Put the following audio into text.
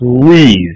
please